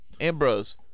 Ambrose